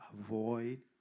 avoid